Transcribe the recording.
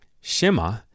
Shema